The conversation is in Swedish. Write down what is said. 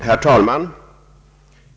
Herr talman!